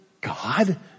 God